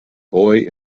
boy